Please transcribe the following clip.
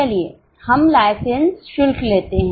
चलिए हम लाइसेंस शुल्क लेते हैं